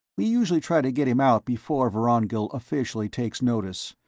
we usually try to get him out before vorongil officially takes notice.